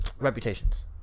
reputations